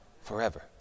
forever